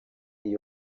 iyi